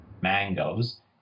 mangoes